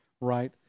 right